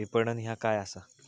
विपणन ह्या काय असा?